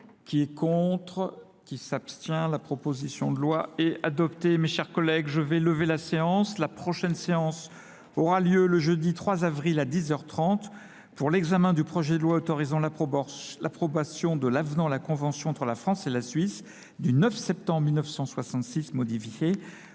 qui est contre, qui s'abstient à la proposition de loi et adoptée. Mes chers collègues, je vais lever la séance. La prochaine séance aura lieu le jeudi 3 avril à 10h30 pour l'examen du projet de loi autorisant l'approbation de l'avenant à la Convention entre la France et la Suisse du 9 septembre 1966 modifié